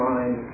Mind